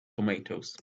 tomatoes